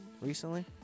recently